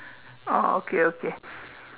oh okay okay